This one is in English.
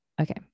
Okay